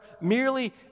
merely